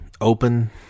open